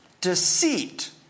Deceit